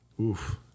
Oof